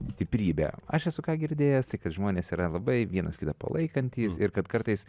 stiprybė aš esu girdėjęs tai kad žmonės yra labai vienas kitą palaikantys ir kad kartais